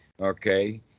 Okay